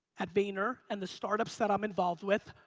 at vayner, and the startups that i'm involved with,